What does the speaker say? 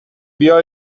بیا